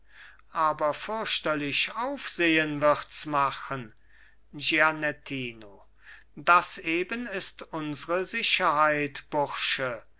aber fürchterlich aufsehen wirds machen gianettino das eben ist unsre sicherheit bursche